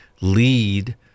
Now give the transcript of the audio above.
lead